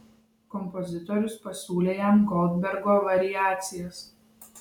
kompozitorius pasiūlė jam goldbergo variacijas